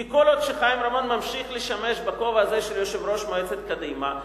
כי כל עוד חיים רמון ממשיך לשמש בכובע הזה של יושב-ראש מועצת קדימה,